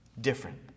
different